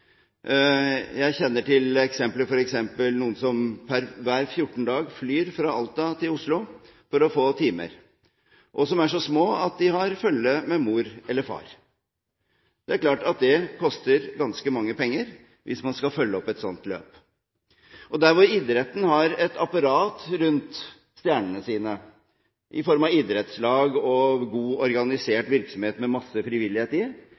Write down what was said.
jeg kjenner f.eks. til noen som hver fjortende dag flyr fra Alta til Oslo for å få timer, og som er så små at de har følge med mor eller far. Det er klart at det koster ganske mange penger, hvis man skal følge opp et slikt løp. Der hvor idretten har et apparat rundt stjernene sine i form av idrettslag og godt organisert virksomhet med masse frivillighet,